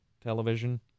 television